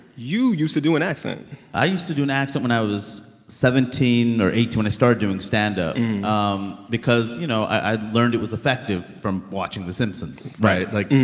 you used to do an accent i used to do an accent when i was seventeen or eighteen when i started doing stand-up um because, you know, i learned it was effective from watching the simpsons. right? like,